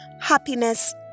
happiness